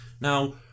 Now